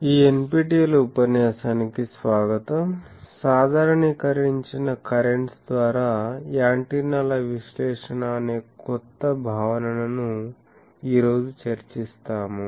ఈ NPTEL ఉపన్యాసానికి స్వాగతం సాధారణీకరించిన కరెంట్స్ ద్వారా యాంటెన్నాల విశ్లేషణ అనే కొత్త భావనను ఈ రోజు చర్చిస్తాము